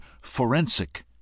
forensic